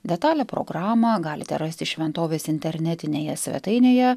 detalią programą galite rasti šventovės internetinėje svetainėje